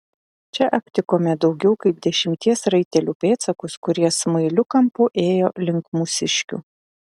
čia aptikome daugiau kaip dešimties raitelių pėdsakus kurie smailiu kampu ėjo link mūsiškių